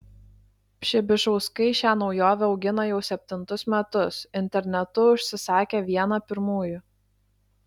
pšibišauskai šią naujovę augina jau septintus metus internetu užsisakė vieną pirmųjų